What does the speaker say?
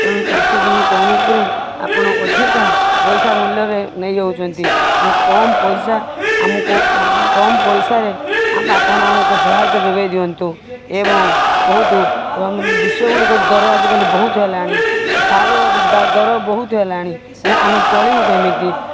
ତେଣୁ ଚାଷ ଜମି କମ୍ ଉପରେ ଆପଣ ଅଧିକା ପଇସା ମୂଲ୍ୟରେ ନେଇଯାଉଛନ୍ତି ତେଣୁ କମ୍ ପଇସା ଆମକୁ କମ୍ ପଇସାରେ ଆପଣ ଆମକୁ ସହାୟତା ଯୋଗାଇ ଦିଅନ୍ତୁ ଏବଂ ବହୁତ କମ୍ ବିଷ ଗୁଡ଼ିକ ଦର ଆଜିକାଲି ବହୁତ ହେଲାଣି ସାରର ଦର ବହୁତ ହେଲାଣି ତାହାଲେ ଆମେ ଚଳିବୁ କେମିତି